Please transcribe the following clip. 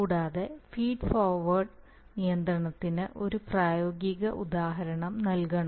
കൂടാതെ feed forward നിയന്ത്രണത്തിന് ഒരു പ്രായോഗിക ഉദാഹരണം നൽകണോ